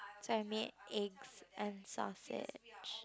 so I made eggs and sausage